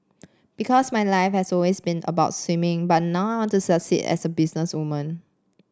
because my life has always been about swimming but now I want to succeed as a businesswoman